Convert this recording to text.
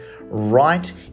right